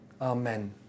Amen